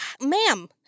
ma'am